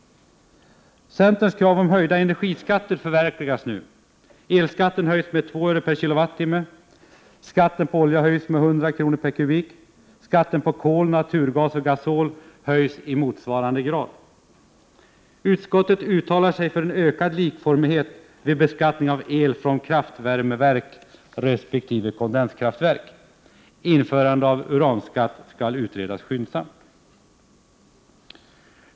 Centerns krav på höjda energiskatter förverkligas nu. Elskatten höjs med 2 öre per kilowattimme. Skatten på olja höjs med 100 kr. per kubikmeter. Skatten på kol, naturgas och gasol höjs i motsvarande grad. Utskottet uttalar sig för en ökad likformighet vid beskattning av el från kraftvärmeverk resp. kondenskraftverk. Införande av uranskatt skall utredas skyndsamt.